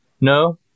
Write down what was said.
no